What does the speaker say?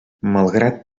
malgrat